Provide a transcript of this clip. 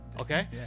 okay